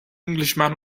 englishman